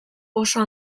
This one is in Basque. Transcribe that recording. oso